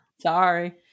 Sorry